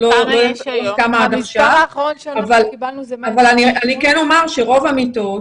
אני כן אומר שרוב המיטות,